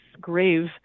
grave